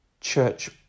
church